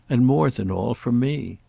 and more than all, from me.